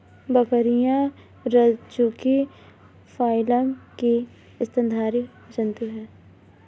बकरियाँ रज्जुकी फाइलम की स्तनधारी जन्तु है